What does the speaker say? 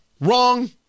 Wrong